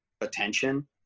attention